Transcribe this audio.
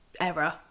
error